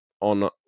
on